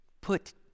put